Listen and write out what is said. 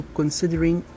considering